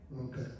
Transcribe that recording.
Okay